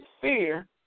fear